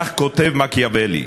כך כותב מקיאוולי: